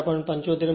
75 મળશે